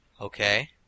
Okay